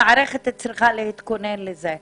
המערכת צריכה להתכונן לזה.